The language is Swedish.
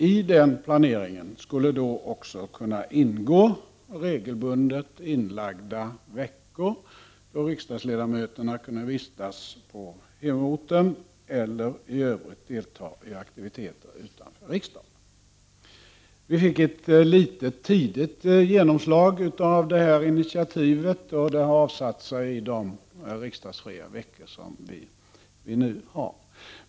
I den planeringen skulle då också kunna ingå regelbundet inlagda veckor då riksdagsledamöterna kunde vistas på hemorten eller i övrigt delta i aktiviteter utanför riksdagen. Vi fick tidigt ett litet genomslag av detta initiativ, som har avsatt sig i de riksdagsfria veckor som vi nu har.